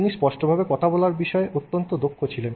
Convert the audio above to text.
তিনি স্পষ্টভাবে কথা বলার বিষয়ে অত্যন্ত দক্ষ ছিলেন